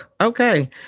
Okay